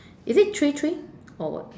is it three three or what